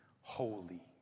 holy